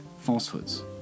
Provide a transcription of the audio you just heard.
falsehoods